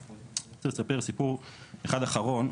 אני רוצה לספר סיפור אחד אחרון,